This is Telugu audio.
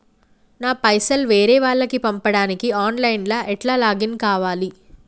నా పైసల్ వేరే వాళ్లకి పంపడానికి ఆన్ లైన్ లా ఎట్ల లాగిన్ కావాలి?